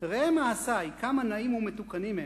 "ראה מעשי כמה נאים ומתוקנים הם.